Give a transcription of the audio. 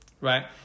right